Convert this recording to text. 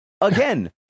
Again